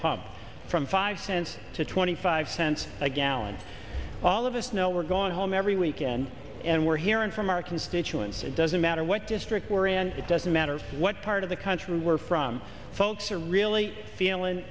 pump from five cents to twenty five cents a gallon all of us know we're going home every weekend and we're hearing from our constituents it doesn't matter what district we're in it doesn't matter what part of the country we're from folks are really feeling